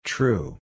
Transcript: True